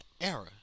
era